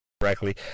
correctly